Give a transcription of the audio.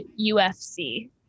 UFC